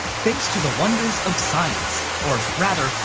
thanks to the wonders of science, or rather,